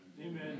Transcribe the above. Amen